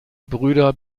brüder